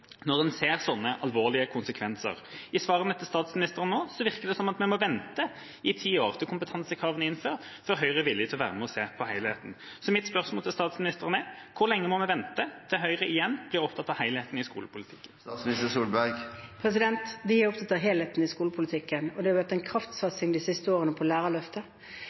når en ser slike alvorlige konsekvenser. I svarene fra statsministeren nå virker det som om vi må vente i ti år, til kompetansekravene er innført, før Høyre er villig til å være med og se på helheten. Mitt spørsmål til statsministeren er: Hvor lenge må vi vente før Høyre igjen blir opptatt av helheten i skolepolitikken? Vi er opptatt av helheten i skolepolitikken. Det har vært en kraftsatsing på lærerløftet de siste årene. Det har ikke vært en så stor satsing på